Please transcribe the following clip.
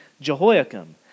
Jehoiakim